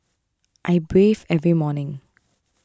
I bathe every morning